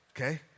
okay